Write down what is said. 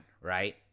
right